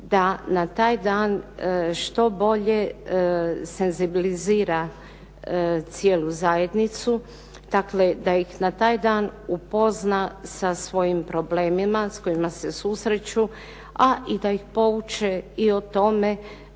da na taj dan što bolje senzibilizira cijelu zajednicu, dakle da ih na taj dan upozna sa svojim problemima sa kojima se susreću a i da ih pouče i o tome